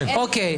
כן.